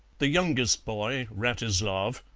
the youngest boy, wratislav,